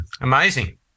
Amazing